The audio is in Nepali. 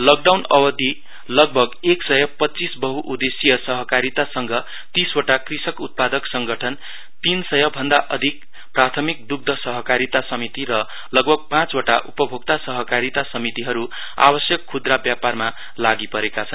लकडाउन अवधि लगभग एक सय पञ्चीस बहुउदेश्यीय सहकारीता संघ तीसवटा कृषक उत्पादक संगठन तीनसय भन्दा अधिक प्रादमिक दुध सहकारीता समिति र लगभग पाँचवटा उपभोक्ता सहकारीता समीतिहरू आवश्यक खुद्रा व्यापारमा लागि परेका छन्